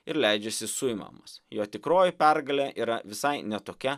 ir leidžiasi suimamas jo tikroji pergalė yra visai ne tokia